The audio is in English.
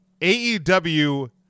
AEW